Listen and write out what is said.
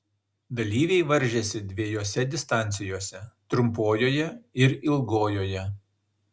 dalyviai varžėsi dviejose distancijose trumpojoje ir ilgojoje